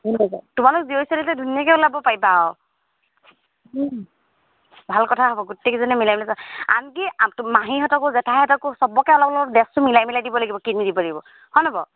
তোমালোক জীয়ৰী যে ধুনীয়াকৈ ওলাব পাৰিবা আৰু ভাল কথা হ'ব গোটেইকেইজনীয়ে মিলাই মিলাই যাব আনকি মাহীহঁতকো জেঠাইহঁতকো সবকে অলপ অলপ ড্ৰেছটো মিলাই মিলাই দিব লাগিব কিনি দিব লাগিব হয় নহ্ বাৰু